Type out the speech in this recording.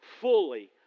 fully